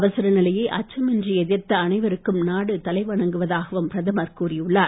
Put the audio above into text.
அவசரநிலையை அச்சமின்றி எதிர்த்த அனைவருக்கும் நாடு தலை வணங்குவதாகவும் பிரதமர் கூறியுள்ளார்